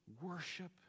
Worship